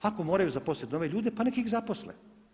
Ako moraju zaposliti nove ljude pa nek ih zaposle.